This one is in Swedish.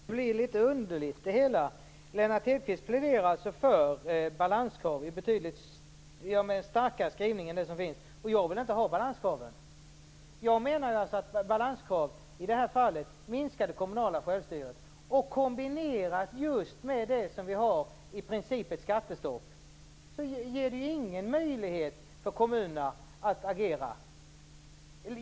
Fru talman! Det hela blir litet underligt. Lennart Hedquist pläderar alltså för balanskrav med en betydligt starkare skrivning än den som finns, och jag vill inte ha balanskraven. Jag menar att balanskrav i det här fallet minskar det kommunala självstyret. Kombinerat med det skattestopp vi i princip har ger det ingen möjlighet för kommunerna att agera.